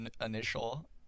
initial